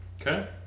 Okay